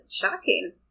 Shocking